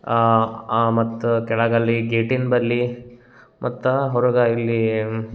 ಮತ್ತೆ ಕೆಳಗಲ್ಲಿ ಗೇಟಿನ ಬಲ್ಲಿ ಮತ್ತೆ ಹೊರಗೆ ಇಲ್ಲಿ